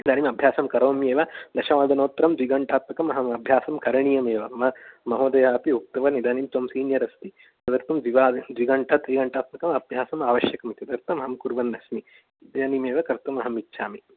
इदानीम् अभ्यासं करोम्येव दशवादनोत्तरं द्विघण्टात्मकम् अहम् अभ्यासं करणीयमेव मम महोदय अपि उक्तवान् इदानीं त्वं सीनीयर् अस्ति तदर्थं द्विवा द्विघण्टा त्रिघण्टात्मकम् अभ्यासम् आवश्यकम् इति तदर्थम् अहं कुर्वन् अस्मि इदानीमेव कर्तुम् अहम् इच्छामि